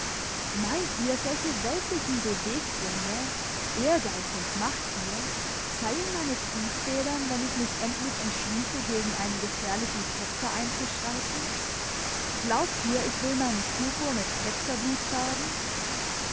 meint ihr solche weltliche beweggründe ehrgeiz und machtgier seien meine triebfedern wenn ich mich endlich entschließe gegen einen gefährlichen ketzer einzuschreiten glaubt ihr ich will meinen purpur mit ketzerblut färben